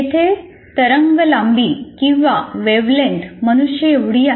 येथे तरंग लांबी किंवा वेव्ह लेन्थ मनुष्य एवढी आहे